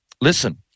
Listen